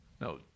No